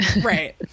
Right